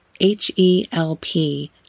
H-E-L-P